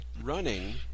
running